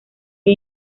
que